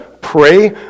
pray